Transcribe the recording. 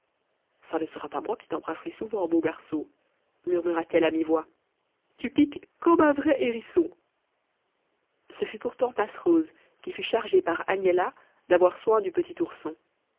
ça ne sera pas moi qui t'embrasserai souvent mon garçon murmura-t-elle à mi-voix tu piques comme un vrai hérisson ce fut pourtant passerose qui fut chargée par agnella d'avoir soin du petit ourson